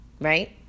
right